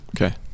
Okay